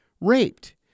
raped